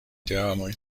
teamoj